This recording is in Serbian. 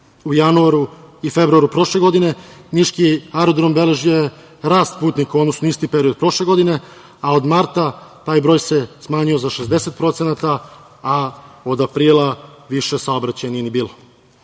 U januaru i februaru, prošle godine, niški aerodrom beležio je rast putnika, u odnosu na isti period prošle godine, a od marta taj broj se smanjio za 60%, a od aprila više saobraćaja nije